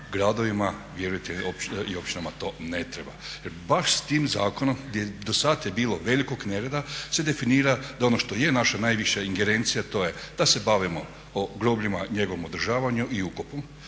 Gradovima i općinama vjerujte to ne treba. Jer baš s tim zakonom gdje je dosad bilo velikog nereda se definira da ono što je naša najviša ingerencija to je da se bavimo grobljima, njegovim održavanjem i ukopom,